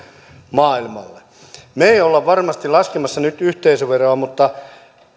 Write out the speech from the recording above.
maailmalle me emme ole varmasti laskemassa nyt yhteisöveroa mutta